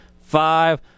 five